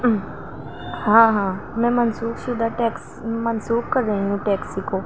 ہاں ہاں میں منسوخ شدہ ٹیکس منسوخ کر رہی ہوں ٹیکسی کو